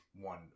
one